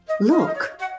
Look